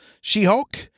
She-Hulk